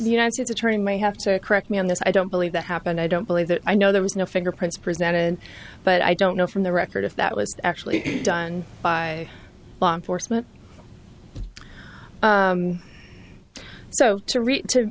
the united states attorney may have to correct me on this i don't believe that happened i don't believe that i know there was no fingerprints presented but i don't know from the record if that was actually done by law enforcement so to